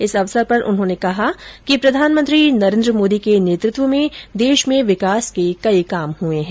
इस अवसर पर उन्होंने कहा कि प्रधानमंत्री नरेन्द्र मोदी के नेतृत्व में देश में विकास के कई काम हुए है